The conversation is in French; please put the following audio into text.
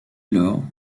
lors